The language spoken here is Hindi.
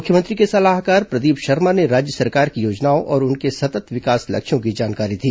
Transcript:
मुख्यमंत्री के सलाहकार प्रदीप शर्मा ने राज्य सरकार की योजनाओं और उनके सतत् विकास लक्ष्यों की जानकारी दी